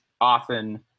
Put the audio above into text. often